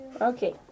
Okay